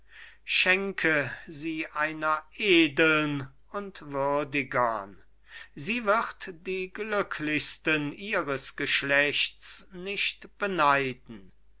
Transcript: sie einer edeln und würdigern sie wird die glücklichste ihres geschlechts nicht beneiden